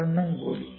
ഒരെണ്ണം കൂടി